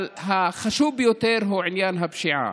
אבל החשוב ביותר הוא עניין הפשיעה,